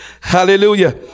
Hallelujah